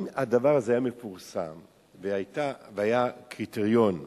אם הדבר הזה היה מתפרסם והיה קריטריון אחיד,